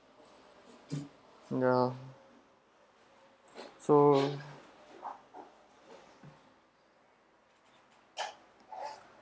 ya so